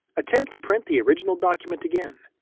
attempt to print the original document again.